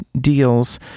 deals